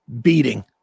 beating